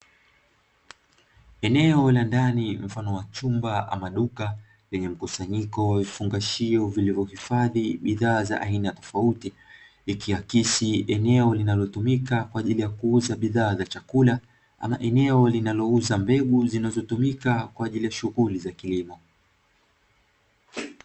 Eneo la ndani mfano wa chumba ama duka lenye mkusanyiko wa vifungashio vilivyohifadhi bidhaa za aina tofauti, ikiakisi ni eneo linalotumika kwa ajili ya kuuza bidhaa za chakula ama eneo linalouza mbegu zinazotumika kwa ajili ya shughuli za kilimo.